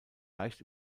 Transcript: leicht